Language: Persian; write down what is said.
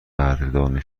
قدردان